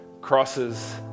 crosses